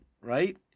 right